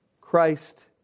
Christ